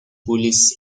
police